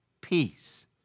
peace